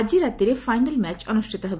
ଆକି ରାତିରେ final match ଅନୁଷ୍ଟିତ ହେବ